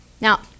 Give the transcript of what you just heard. Now